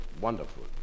wonderful